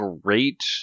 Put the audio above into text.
great